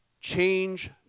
change